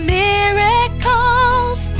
miracles